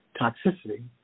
toxicity